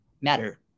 matter